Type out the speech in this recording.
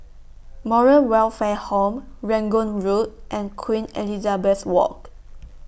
Moral Welfare Home Rangoon Road and Queen Elizabeth Walk